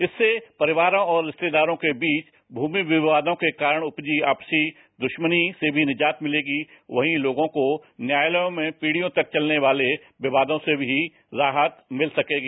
इससे परिवारों और रिस्तेदारों के बीच भूमि विवादों के कारण उपजी आपसी दुस्मनी से भी निजात मिलेगी वहीं लोगों को न्यायालयों में पीढ़ियों तक चलने वाले वादों से भी राहत मिल सकेगी